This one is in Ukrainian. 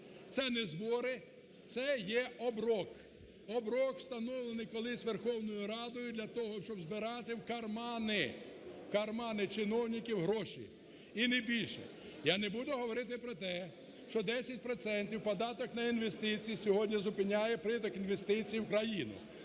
це не збори, це є оброк. Оброк, встановлений колись Верховною для того, щоб збирати в кармани, в кармани чиновників гроші, і не більше. Я не буду говорити про те, що 10 процентів податок на інвестиції сьогодні зупиняє приток інвестицій в країну.